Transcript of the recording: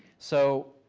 so,